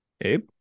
Abe